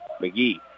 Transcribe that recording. McGee